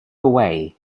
away